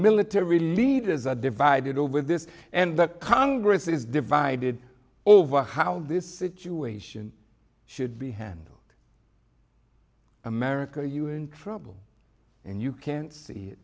military leaders are divided over this and the congress is divided over how this situation should be handled america you are in trouble and you can't see it